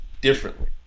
differently